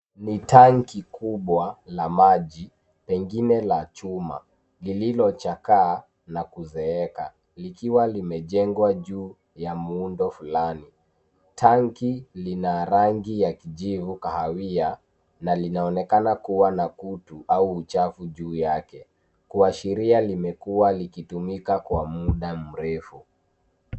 Ni tanki kubwa la maji, pengine la chuma lililo chakaa na kuzeeka likiwa limejengwa juu ya muundo flani. Tanki lina rangi ya kijivu kahawia na linaonekana kuwa na kutu au uchafu juu yake kuashiria kua limekua likitumika kwa muda mrefu.